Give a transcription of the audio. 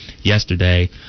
yesterday